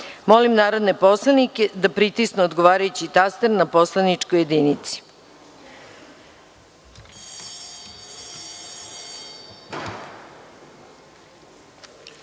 narodne poslanike da pritisnu odgovarajući taster na poslaničkoj